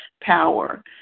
power